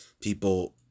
People